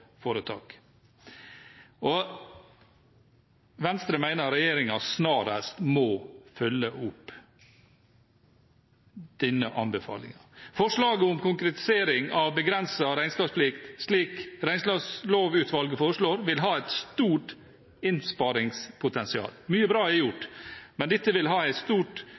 foretak. Venstre mener at regjeringen snarest må følge opp denne anbefalingen. Forslaget om konkretisering av begrenset regnskapsplikt, slik Regnskapslovutvalget foreslår, vil ha et stort innsparingspotensial. Mye bra er gjort, men dette vil ha et stort